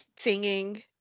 singing